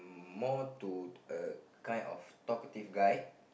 more to uh kind of talkative guy